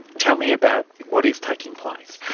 tell me about what is taking place.